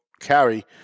carry